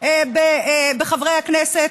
חברי הכנסת.